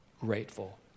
grateful